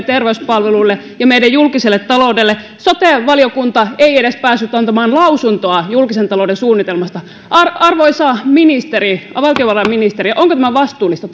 terveyspalveluille ja meidän julkiselle taloudelle sote valiokunta ei edes päässyt antamaan lausuntoa julkisen talouden suunnitelmasta arvoisa valtiovarainministeri onko tämä vastuullista